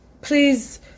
please